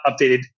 updated